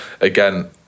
again